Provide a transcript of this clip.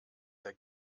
der